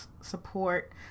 support